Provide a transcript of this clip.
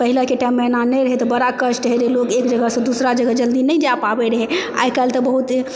पहिलेके टाइममे एना नहि रहै तऽ बड़ा कष्ट होइ रहै लोग एक जगहसँ दूसरा जगह जल्दी नहि जा पाबै रहै आइकाल्हि तऽ बहुत